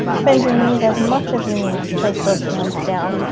bend your knees as much as you need to place those hands down